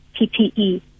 PPE